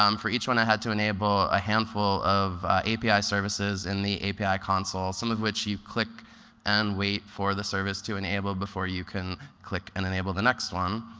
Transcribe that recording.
um for each one i had to enable a handful of api services in the api console, some of which you click and wait for the service to enable before you can click and enable the next one.